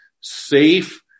safe